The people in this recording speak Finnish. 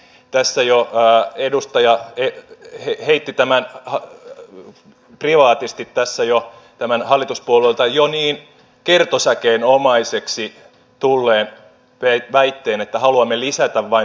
tässä jo edustaja heitti privaatisti tämän hallituspuolueilta jo niin kertosäkeenomaiseksi tulleen väitteen että haluamme lisätä vain velkaa